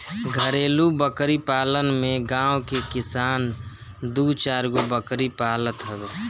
घरेलु बकरी पालन में गांव के किसान दू चारगो बकरी पालत हवे